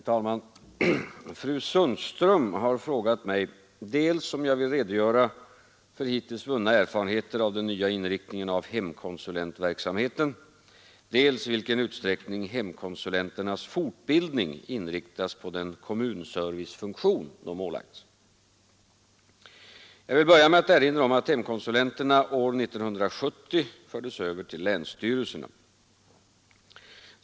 Herr talman! Fru Sundström har frågat mig dels om jag vill redogöra för hittills vunna erfarenheter av den nya inriktningen av hemkonsulentverksamheten, dels i vilken utsträckning hemkonsulenternas fortbildning inriktas på den kommunservicefunktion de ålagts. Jag vill börja med att erinra om att hemkonsulenterna år 1970 överfördes till länsstyrelserna.